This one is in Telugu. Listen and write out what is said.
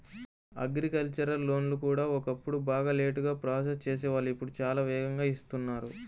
అగ్రికల్చరల్ లోన్లు కూడా ఒకప్పుడు బాగా లేటుగా ప్రాసెస్ చేసేవాళ్ళు ఇప్పుడు చాలా వేగంగా ఇస్తున్నారు